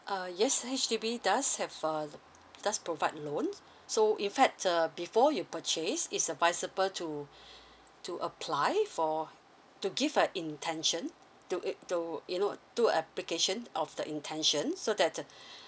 uh yes H_D_B does have a does provide loan so in fact uh before you purchase is advisable to to apply for to give a intention to it to you know through application of the intention so that uh